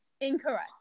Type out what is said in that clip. Incorrect